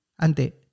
Ante